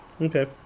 Okay